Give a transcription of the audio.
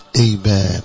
Amen